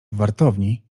wartowni